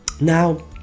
now